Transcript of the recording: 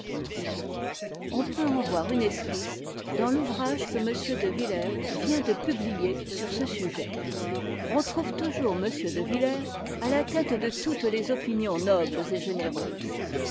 destion peut en voir une esquisse dans l'ouvrage que m de villers vient de publier sur ce sujet on trouve toujours m de villers à la tête de toutes les opinions nobles et généreuses